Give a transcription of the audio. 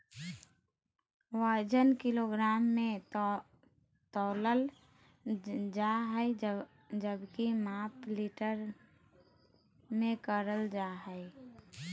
वजन किलोग्राम मे तौलल जा हय जबकि माप लीटर मे करल जा हय